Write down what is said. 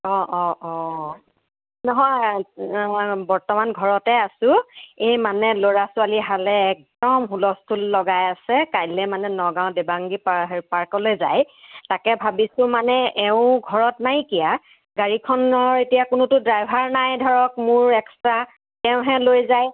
অঁ অঁ অঁ নহয় বৰ্তমান ঘৰতে আছোঁ এই মানে ল'ৰা ছোৱালীহালে একদম হুলস্থুল লগাই আছে কালিলৈ মানে নগাওঁ দেৱাংগী পা সেই পাৰ্কলৈ যায় তাকে ভাবিছোঁ মানে এওঁ ঘৰত নাইকিয়া গাড়ীখনৰ এতিয়া কোনোটো ড্ৰাইভাৰ নাই ধৰক মোৰ এক্সট্ৰা তেওঁ হে লৈ যায়